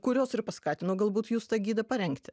kurios ir paskatino galbūt jus tą gidą parengti